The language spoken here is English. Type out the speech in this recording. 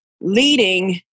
leading